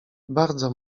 bardzo